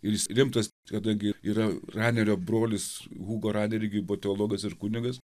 ir jis rimtas kadangi yra ranerio brolis hugo rane irgi buvo teologas ir kunigas